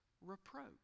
reproach